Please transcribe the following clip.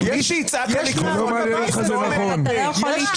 אני לא מתכוונת לצאת.